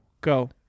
go